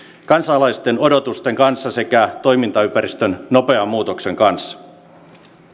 kansalaisten odotusten kanssa sekä toimintaympäristön nopean muutoksen kanssa